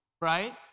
right